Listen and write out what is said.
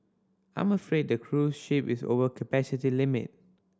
I'm afraid the cruise ship is over capacity limit